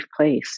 place